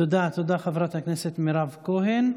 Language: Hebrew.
תודה, חברת הכנסת מירב כהן.